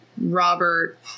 Robert